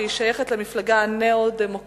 והיא שייכת למפלגה הניאו-דמוקרטית.